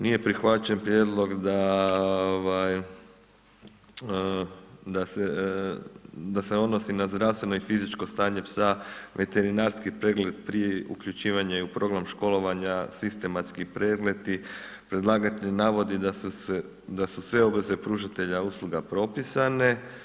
Nije prihvaćen prijedlog, da, ovaj, da se, odnosi na zdravstveno i fizičko stanje psa veterinarski pregled, prije uključivanja i u program školovanja, sistematski pregledi, predlagatelj navodi, da su sve obveze pružatelji usluga propisani.